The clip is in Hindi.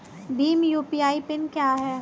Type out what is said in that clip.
भीम यू.पी.आई पिन क्या है?